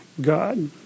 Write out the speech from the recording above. God